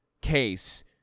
case